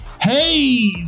Hey